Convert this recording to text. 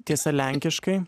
tiesa lenkiškai